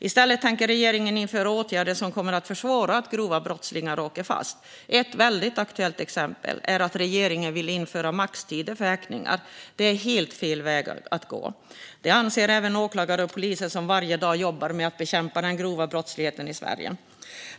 I stället tänker regeringen införa åtgärder som kommer att försvåra att få fast grova brottslingar. Ett väldigt aktuellt exempel är att regeringen vill införa maxtider för häktningar. Detta är helt fel väg att gå. Det anser även åklagare och poliser som varje dag jobbar med att bekämpa den grova brottsligheten i Sverige.